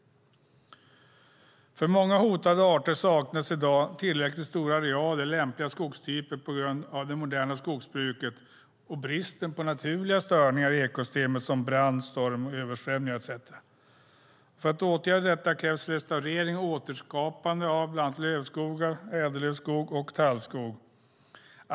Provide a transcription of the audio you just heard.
För många hotade arter saknas i dag tillräckligt stora arealer lämpliga skogstyper på grund av det moderna skogsbruket och bristen på naturliga störningar i ekosystemet som brand, storm, översvämningar etcetera. För att åtgärda detta krävs restaurering och återskapande av lövskogar, ädellövskog och tallskog.